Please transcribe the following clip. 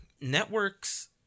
networks